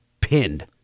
pinned